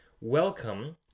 Welcome